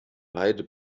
beide